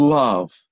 love